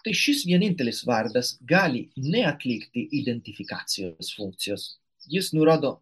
tai šis vienintelis vardas gali neatlikti identifikacijos funkcijos jis nurodo